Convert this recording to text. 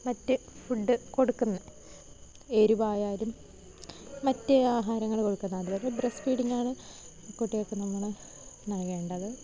മറ്റ് ഫുഡ് കൊടുക്കുന്നത് എരിവ് ആയാലും മറ്റ് ആഹാരങ്ങൾ കൊടുക്കുന്നത് അതുവരെ ബ്രസ്റ്റ് ഫീഡിങ്ങ് ആണ് കുട്ടികൾക്ക് നമ്മൾ നൽകേണ്ടത്